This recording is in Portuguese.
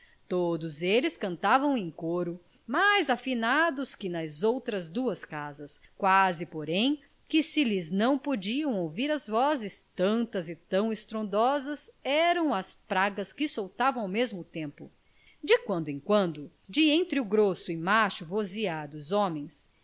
todos eles cantavam em coro mais afinados que nas outras duas casas quase porém que se lhes não podia ouvir as vozes tantas e tão estrondosas eram as pragas que soltavam ao mesmo tempo de quando em quando de entre o grosso e macho vozear dos homens